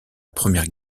première